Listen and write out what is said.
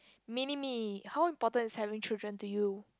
mini me how important is having children to you